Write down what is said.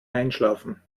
einschlafen